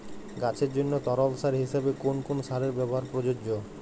গাছের জন্য তরল সার হিসেবে কোন কোন সারের ব্যাবহার প্রযোজ্য?